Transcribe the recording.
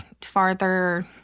farther